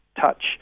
touch